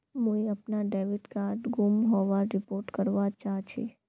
मुई अपना debit card गूम होबार रिपोर्ट करवा चहची